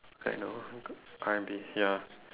I know R&B ya